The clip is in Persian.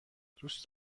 دوست